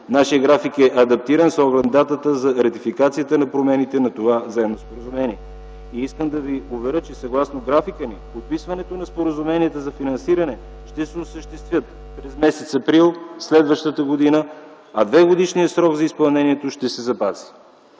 Нашият график е адаптиран с оглед датата за ратификацията на промените на това заемно споразумение. Искам да Ви уверя, че съгласно графика ни, подписването на споразуменията за финансиране ще се осъществи през м. април следващата година, а двегодишният срок за изпълнението ще се запази.